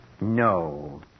No